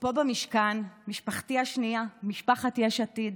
ופה במשכן, משפחתי השנייה, משפחת יש עתיד.